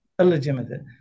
illegitimate